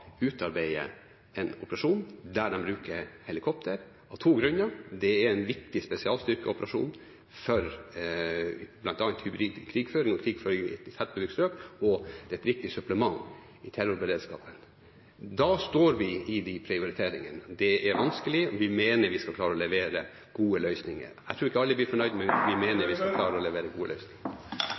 utarbeide en operasjon der de bruker helikopter, av to grunner. Det er en viktig spesialstyrkeoperasjon for bl.a. hybrid krigføring og krigføring i tettbebygde strøk, og det er et viktig supplement i terrorberedskapen. Da står vi i de prioriteringene. Det er vanskelig. Vi mener vi skal klare å levere gode løsninger – jeg tror ikke alle blir fornøyd , men jeg mener vi skal klare å levere gode løsninger.